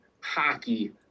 hockey